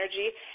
energy